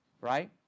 right